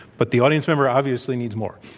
but the audience member obviously needs more.